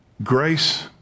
Grace